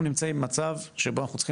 אנחנו נמצאים במצב שבו אנחנו צריכים